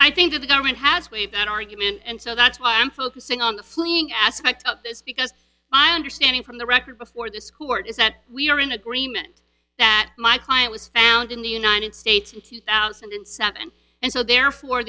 i think the government has waived that argument and so that's why i'm focusing on the fleeing aspect of this because my understanding from the record before this court is that we are in agreement that my client was found in the united states in two thousand and seven and so therefore